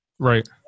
Right